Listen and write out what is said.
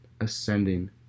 ascending